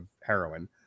heroin